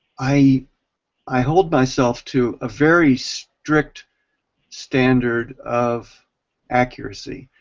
i i hold myself to a very strict standard of accuracy.